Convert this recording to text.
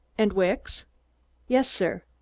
and, wicks yes, sir.